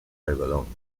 algodón